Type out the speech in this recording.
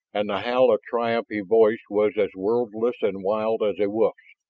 and the howl of triumph he voiced was as worldless and wild as a wolf's.